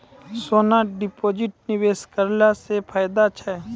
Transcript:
सोना deposit निवेश करला से फैदा छै?